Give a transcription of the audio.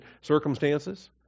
circumstances